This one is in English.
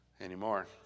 anymore